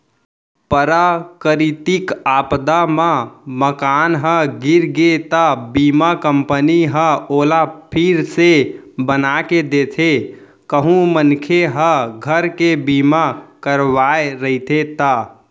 पराकरितिक आपदा म मकान ह गिर गे त बीमा कंपनी ह ओला फिर से बनाके देथे कहूं मनखे ह घर के बीमा करवाय रहिथे ता